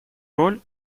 роль